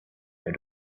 new